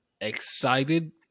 excited